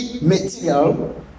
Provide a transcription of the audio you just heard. material